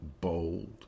bold